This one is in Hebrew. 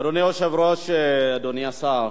אדוני היושב-ראש, אדוני השר,